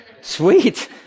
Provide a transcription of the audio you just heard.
sweet